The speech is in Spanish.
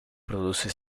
produce